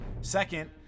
Second